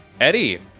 Eddie